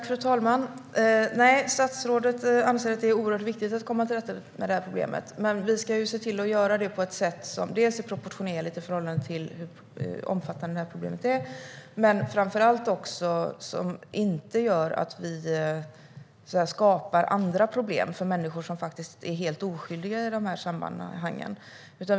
Fru talman! Nej, statsrådet anser att det är oerhört viktigt att komma till rätta med problemet. Men vi ska se till att göra det på ett sätt som är proportionerligt i förhållande till hur omfattande problemet är och framför allt på ett sätt som inte gör att vi skapar andra problem för människor som är helt oskyldiga i de här sammanhangen.